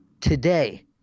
today